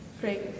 Great